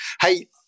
Hey